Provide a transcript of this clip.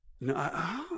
No